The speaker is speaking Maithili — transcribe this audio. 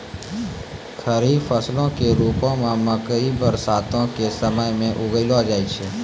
खरीफ फसलो के रुपो मे मकइ बरसातो के समय मे उगैलो जाय छै